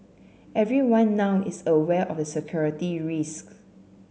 everyone now is aware of the security risk